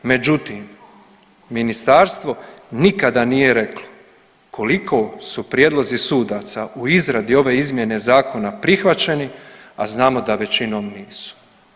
Međutim, ministarstvo nikada nije reklo koliko su prijedlozi sudaca u izradi ove izmjene zakona prihvaćeni, a znamo da većinom nisu.